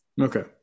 Okay